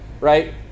Right